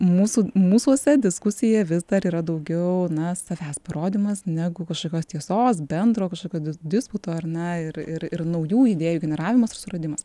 mūsų mūsuose diskusija vis dar yra daugiau na savęs parodymas negu kažkokios tiesos bendro kažkokio disputo ar ne ir ir ir naujų idėjų generavimas ir suradimas